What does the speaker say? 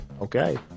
Okay